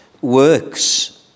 works